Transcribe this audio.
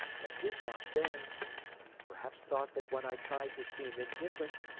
and did not then perhaps thought that when i tried to seem indifferent,